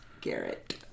Garrett